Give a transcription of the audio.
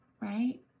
right